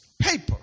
paper